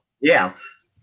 Yes